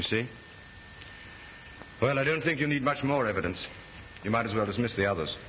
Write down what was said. you see but i don't think you need much more evidence you might as well as miss the others